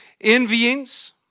Envyings